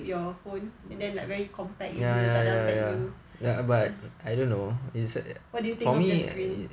flip your phone and then like very compact you boleh letak dalam bag you what do you think of that